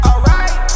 Alright